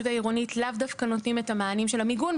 העירונית לאו דווקא נותנים את המענים של המיגון.